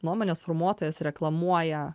nuomonės formuotojas reklamuoja